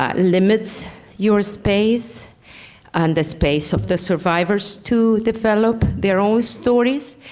but limits your space on the space of the survivors to develop their own stories,